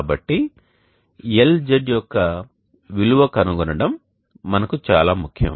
కాబట్టి LZ యొక్క విలువ కనుగొనడం మనకు చాలా ముఖ్యం